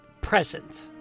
present